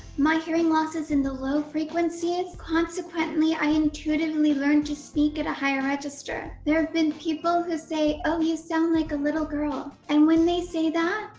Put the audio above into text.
my hearing loss is in the low frequencies. consequently i intuitively learn to speak at a higher register. there are people who say oh, you sound like a little girl. and when they say that,